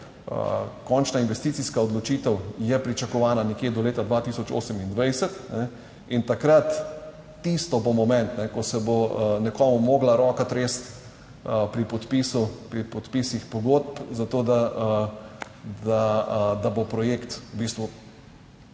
končna investicijska odločitev je pričakovana nekje do leta 2028 in takrat, tisto bo moment, ko se bo nekomu morala roka tresti pri podpisu, pri podpisih pogodb za to, da bo projekt v bistvu